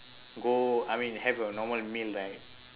go I mean have a normal meal right